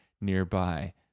nearby